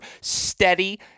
steady